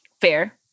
fair